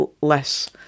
less